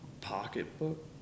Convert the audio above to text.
pocketbook